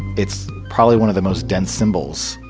it's probably one of the most dense symbols.